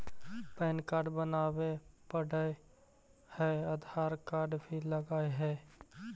Pan card बनावे पडय है आधार कार्ड भी लगहै?